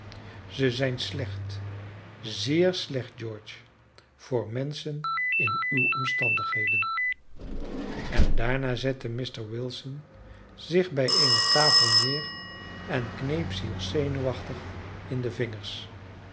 zij zijn slecht zeer slecht george voor menschen in uwe omstandigheden en daarna zette mr wilson zich bij eene tafel neer en kneep zich zenuwachtig in de vingers